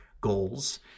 goals